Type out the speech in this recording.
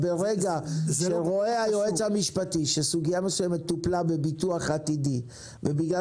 ברגע שהיועץ המשפטי רואה שסוגיה מסוימת טופלה בביטוח עתידי ובגלל